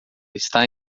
está